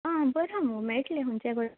आ बरी आसा मगो मेळटलें खुंयचे कडेन